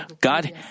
God